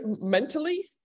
mentally